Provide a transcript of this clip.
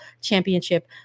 championship